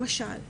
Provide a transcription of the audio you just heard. למשל: